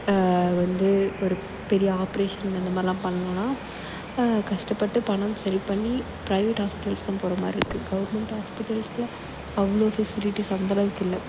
வந்து ஒரு பெரிய ஆப்ரேஸன் அந்தமாதிரில்லாம் பண்ணணும்னால் கஷ்டப்பட்டு பணம் செலவு பண்ணி ப்ரைவேட் ஹாஸ்பிட்டல்ஸ் தான் போகிற மாதிரி தான் இருக்குது கவுர்மெண்ட் ஹாஸ்பிட்டல்ஸில் அவ்வளோ ஃபெசிலிட்டிஸ் அந்தளவுக்கு இல்லை